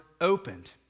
opened